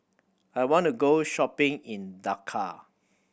I want to go shopping in Dakar